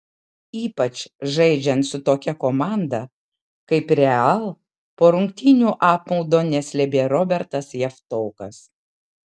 ypač žaidžiant su tokia komanda kaip real po rungtynių apmaudo neslėpė robertas javtokas